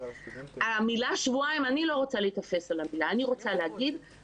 אני לא רוצה להיתפס על המילה "שבועיים".